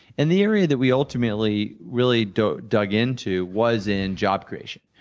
and the area that we ultimately really dug dug into was in job creation,